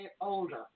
older